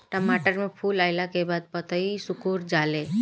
टमाटर में फूल अईला के बाद पतईया सुकुर जाले?